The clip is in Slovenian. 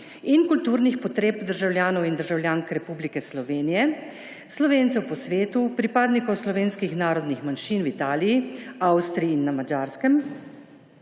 in kulturnih potreb državljanov in državljank Republike Slovenije, Slovencev po svetu, pripadnikov slovenskih narodnih manjšin v Italiji, Avstriji in na Madžarskem,